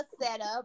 setup